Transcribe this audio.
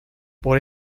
por